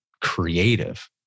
creative